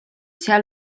seal